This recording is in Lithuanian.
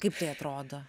kaip tai atrodo